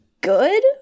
good